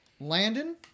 landon